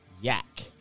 yak